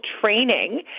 training